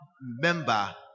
member